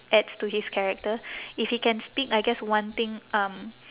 adds to his character if he can speak I guess one thing um